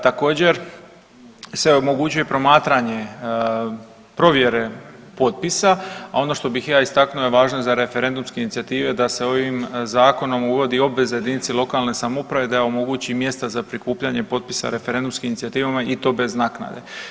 Također se omogućuje promatranje provjere potpisa, a ono što bih ja istaknuo je važnost za referendumske inicijative da se ovim zakonom uvodi obveza jedinici lokalne samouprave da omogući mjesta za prikupljanje popisa referendumskim inicijativama i to bez naknade.